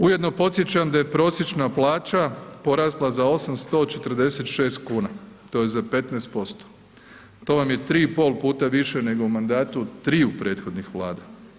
Ujedno podsjećam da je prosječna plaća porasla za 846 kuna, to je za 15%, to vam je 3,5 puta više nego u mandatu triju prethodnih vlada.